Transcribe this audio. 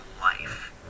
life